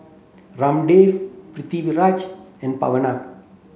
Ramdev Pritiviraj and Pranav